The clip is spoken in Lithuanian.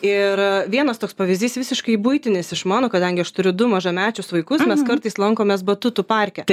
ir vienas toks pavyzdys visiškai buitinis iš mano kadangi aš turiu du mažamečius vaikus mes kartais lankomės batutų parke